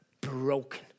Broken